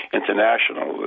International